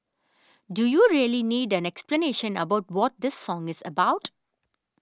do you really need an explanation about what this song is about